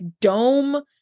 dome